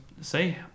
say